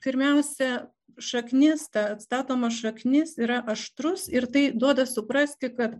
pirmiausia šaknis ta atstatoma šaknis yra aštrus ir tai duoda suprasti kad